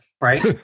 right